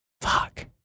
Fuck